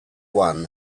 one